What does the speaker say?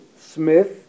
Smith